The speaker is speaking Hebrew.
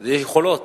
זה יכולות.